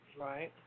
Right